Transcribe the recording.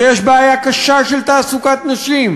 ויש בעיה קשה של תעסוקת נשים,